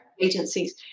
agencies